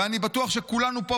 ואני בטוח שכולנו פה,